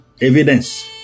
evidence